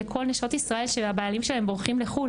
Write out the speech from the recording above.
לכל נשות ישראל שהבעלים שלהן בורחים לחו"ל,